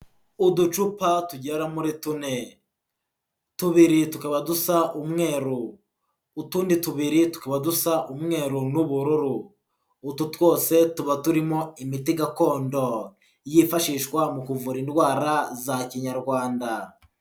Uducupa tugera muri tune, tubiri tukaba dusa umweru, utundi tubiri tukaba dusa umweru n'ubururu, utu twose tuba turimo imiti gakondo yifashishwa mu kuvura indwara za kinyarwanda.